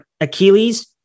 Achilles